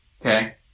okay